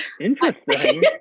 interesting